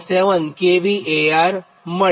7 kVAr મળે